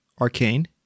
Arcane